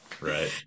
Right